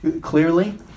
clearly